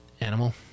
Animal